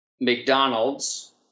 McDonald's